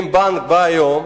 אם בנק בא היום,